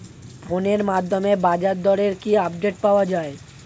ফোনের মাধ্যমে বাজারদরের কি আপডেট পাওয়া যায়?